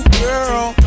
girl